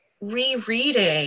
rereading